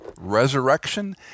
Resurrection